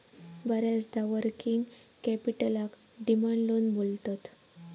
बऱ्याचदा वर्किंग कॅपिटलका demand loan पण बोलतत